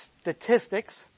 statistics